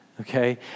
Okay